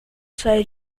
sair